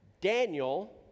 Daniel